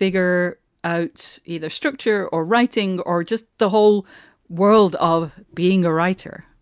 figure out either structure or writing or just the whole world of being a writer?